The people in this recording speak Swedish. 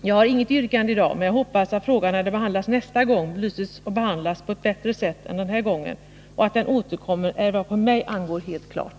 Jag har inget yrkande i dag men hoppas att frågan när den behandlas nästa gång belyses och hanteras på ett bättre sätt än denna gång. Att den återkommer är vad på mig ankommer helt klart.